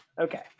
Okay